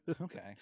okay